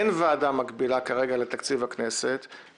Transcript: אין כרגע ועדה מקבילה לתקציב הכנסת.